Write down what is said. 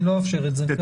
אני לא אאפשר את זה.